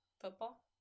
Football